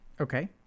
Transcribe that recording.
Okay